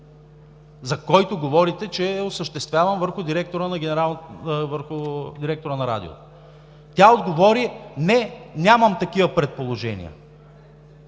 за който говорите, че е осъществяван върху директора на Радиото? Тя отговори: не, нямам такива предположения.